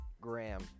Graham